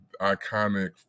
iconic